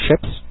ships